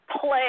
play